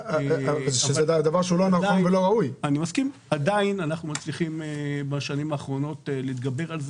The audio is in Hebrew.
ברגע שאנחנו מאתרים את זה,